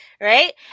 Right